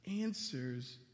answers